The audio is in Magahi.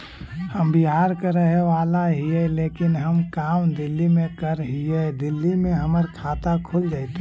हम बिहार के रहेवाला हिय लेकिन हम काम दिल्ली में कर हिय, दिल्ली में हमर खाता खुल जैतै?